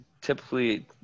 typically